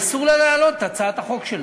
אסור לה להעלות את הצעת החוק שלה.